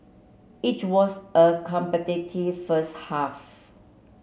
it was a competitive first half